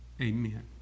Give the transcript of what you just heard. amen